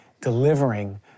delivering